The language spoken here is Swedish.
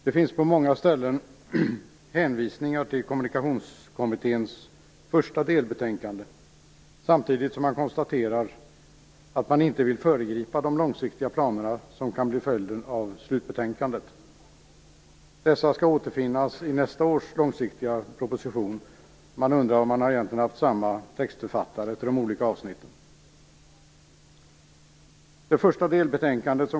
Det finns på många ställen hänvisningar till Kommunikationskommitténs första delbetänkade, men samtidigt konstaterar man att man inte vill föregripa de långsiktiga planer som kan bli följden av slutbetänkandet. Dessa skall återfinnas i nästa års långsiktiga proposition. Man kan undra om de olika avsnitten egentligen haft samma författare.